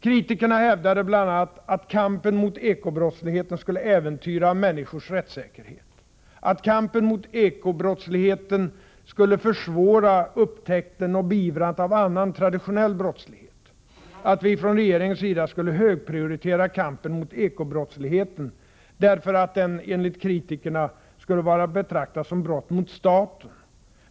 Kritikerna hävdade bl.a. - att kampen mot eko-brottsligheten skulle äventyra människors rättssäkerhet, — att kampen mot eko-brottsligheten skulle försvåra upptäckten och beivrandet av annan, traditionell brottslighet, - att vi från regeringens sida skulle högprioritera kampen mot ekobrottsligheten därför att den, enligt kritikerna, skulle vara att betrakta som brott mot staten.